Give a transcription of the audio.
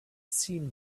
seemed